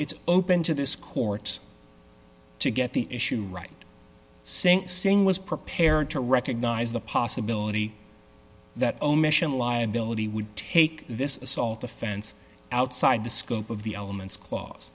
it's open to this court's to get the issue write sing sing was prepared to recognize the possibility that omission liability would take this assault offense outside the scope of the elements cla